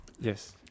Yes